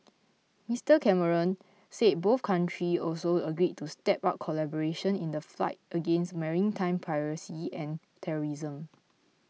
Mister Cameron said both country also agreed to step up collaboration in the fight against maritime piracy and terrorism